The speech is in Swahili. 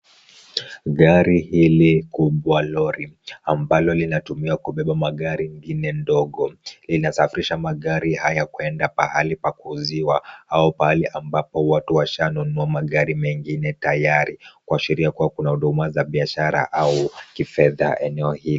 Gari hili kubwa lori, ambalo linatumiwa kubeba magari mengine ndogo, inasafirisha magari haya kwenda pahali pakuuziwa au pahali ambapo watu washanunua magari mengine tayari, kuashiria kuwa kuna huduma za biashara au kifedha eneo hili.